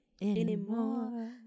anymore